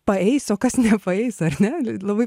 paeis o kas nepaeis ar ne labai